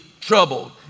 troubled